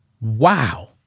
Wow